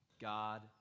God